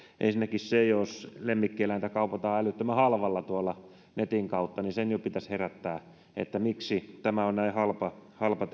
ensinnäkin jos lemmikkieläintä kaupataan älyttömän halvalla tuolla netin kautta niin sen jo pitäisi herättää että miksi tämä hinta on näin halpa halpa